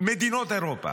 מדינות אירופה?